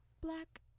black